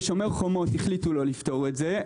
בשומר חומות החליטו לא לפתור את זה.